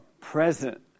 present